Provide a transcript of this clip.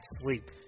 sleep